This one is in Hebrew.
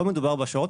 לא מדובר בהשערות,